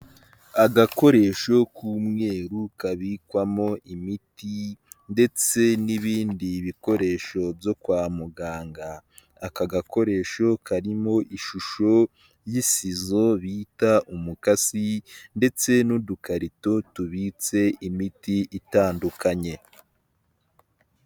Agakoresho k'umweruru kabikwamo imiti ndetse n'ibindi bikoresho byo kwa muganga, aka gakoresho karimo ishusho y'isizo bita umukasi ndetse n'udukarito tubitse imiti itandukanye.